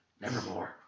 Nevermore